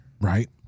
Right